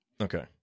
Okay